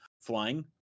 flying